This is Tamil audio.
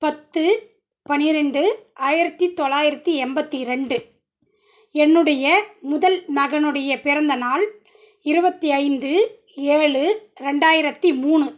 பத்து பன்னிரெண்டு ஆயிரத்து தொள்ளாயிரத்து எண்பத்தி ரெண்டு என்னுடைய முதல் மகனுடைய பிறந்த நாள் இருபத்தி ஐந்து ஏழு ரெண்டாயிரத்து மூணு